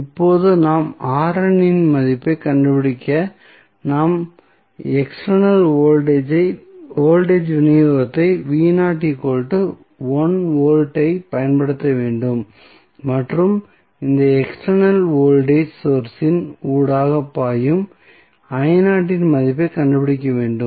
இப்போது நாம் இன் மதிப்பைக் கண்டுபிடிக்க நாம் எக்ஸ்டர்னல் வோல்டேஜ் விநியோகத்தை V ஐப் பயன்படுத்த வேண்டும் மற்றும் இந்த எக்ஸ்டர்னல் வோல்டேஜ் சோர்ஸ் இன் ஊடாக பாயும் இன் மதிப்பைக் கண்டுபிடிக்க வேண்டும்